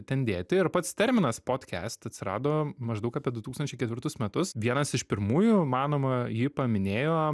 ten dėti ir pats terminas podkest atsirado maždaug apie du tūkstančiai ketvirtus metus vienas iš pirmųjų manoma jį paminėjo